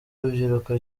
urubyiruko